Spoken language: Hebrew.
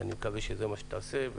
ואני מקווה שזה מה שתעשה.